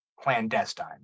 clandestine